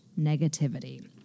negativity